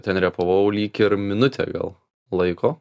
ten repavau lyg ir minutę gal laiko